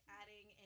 adding